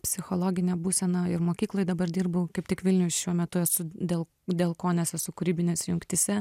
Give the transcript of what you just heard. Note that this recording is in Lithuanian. psichologinė būsena ir mokykloj dabar dirbu kaip tik vilniuj šiuo metu esu dėl dėl ko nes esu kūrybinėse jungtyse